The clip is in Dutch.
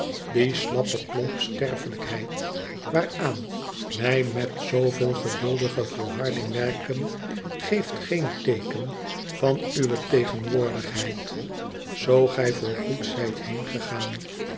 die slappe klomp sterfelijkheid waaraan wij met zooveel geduldige volharding werken geeft geen teeken van uwe tegenwoordigheid zoo gij voorgoed zijt